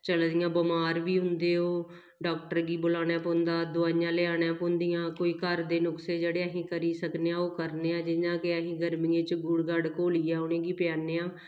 चली दियां बमार बी होंदे ओह् डाक्टर गी बलाना पौंदा दवाइयां लेआना पौंदियां कोई घर दे नुक्से जेह्ड़े असीं करी सकने आं ओह् करने आं जियां कि असें गर्मियें च गुड़ गड़ घोलियै पलैन्ने आं